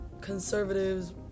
conservatives